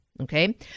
Okay